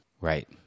Right